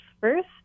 first